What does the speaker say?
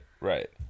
right